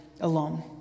alone